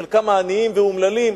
של כמה עניים ואומללים,